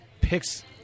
picks